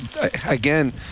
again